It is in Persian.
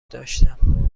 داشتم